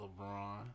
LeBron